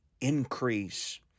increase